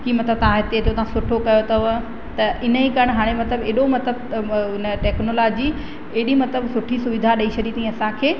की मतिलबु तव्हां हिते तव्हां सुठो कयो अथव त इन जे करे हाणे मतिलबु एॾो मतिलबु उन टेक्नोलॉजी एॾी मतिलबु सुठी सुविधा ॾेई छॾी अथईं असांखे